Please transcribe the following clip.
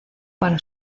para